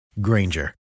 Granger